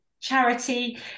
charity